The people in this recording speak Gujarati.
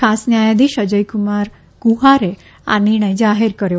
ખાસ ન્યાયાધીશ અજયકુમાર કુહારે આ નિર્ણય જાહેર કર્યો